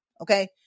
Okay